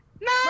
No